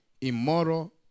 immoral